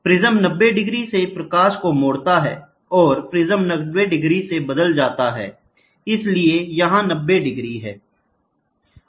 prism 90 degree से प्रकाश को मोड़ता है प्रिज्म 90 डिग्री से बदल जाता है इसलिए यहां 90 डिग्री है